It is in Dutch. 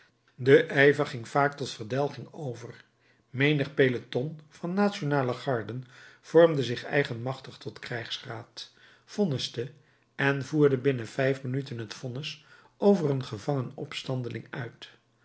de ijver ging vaak tot verdelging over menig peloton van nationale garden vormde zich eigenmachtig tot krijgsraad vonniste en voerde binnen vijf minuten het vonnis over een gevangen opstandeling uit